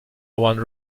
one